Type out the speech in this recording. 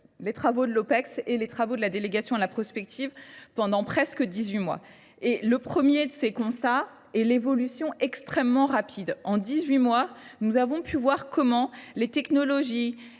les travaux de l'Opex et les travaux de la délégation à la prospective pendant presque 18 mois. Et le premier de ces constats est l'évolution extrêmement rapide. En 18 mois, nous avons pu voir comment les technologies,